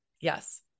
Yes